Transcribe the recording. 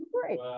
great